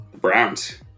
Browns